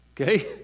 okay